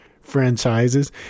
franchises